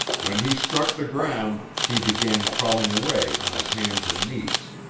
when he struck the ground he began crawling away on his hands and knees,